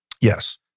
yes